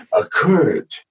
occurred